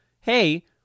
hey